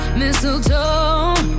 mistletoe